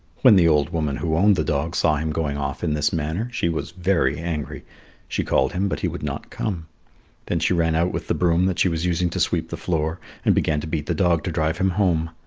when the old woman who owned the dog saw him going off in this manner, she was very angry she called him but he would not come then she ran out with the broom that she was using to sweep the floor, and began to beat the dog to drive him home.